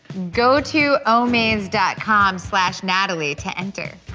go to omaze dot com slash natalie to enter.